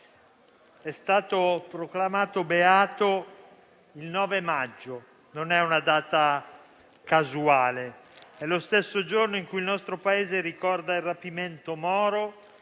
Livatino, proclamato beato il 9 maggio. Non è una data casuale: è lo stesso giorno in cui il nostro Paese ricorda il rapimento di